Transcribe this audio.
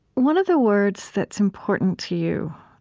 one of the words that's important to you